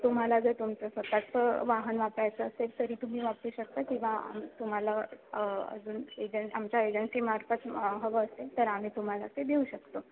तुम्हाला जर तुमचं स्वतःचं वाहन वापरायचं असेल तरी तुम्ही वापरू शकता किंवा तुम्हाला अजून एजंट आमच्या एजन्सीमार्फत हवं असेल तर आम्ही तुम्हाला ते देऊ शकतो